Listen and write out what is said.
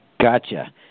Gotcha